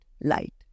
light